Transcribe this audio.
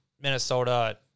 Minnesota